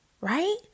Right